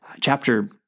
chapter